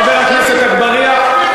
חבר הכנסת אגבאריה,